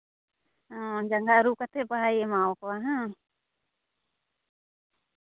ᱚ ᱡᱟᱸᱜᱟ ᱟᱹᱨᱩᱵ ᱠᱟᱛᱮ ᱵᱟᱦᱟᱭ ᱮᱢᱟᱣᱟᱠᱚᱣᱟ ᱵᱟᱝ